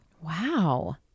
Wow